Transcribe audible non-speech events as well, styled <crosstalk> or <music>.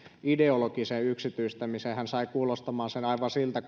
ideologisen yksityistäminen hän sai kuulostamaan sen aivan siltä <unintelligible>